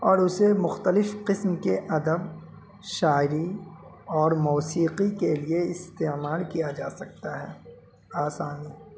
اور اسے مختلف قسم کے ادب شاعری اور موسیقی کے لیے استعمال کیا جا سکتا ہے آسانی